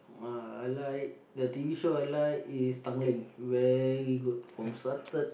uh I like the t_v show I like is Tanglin very good form started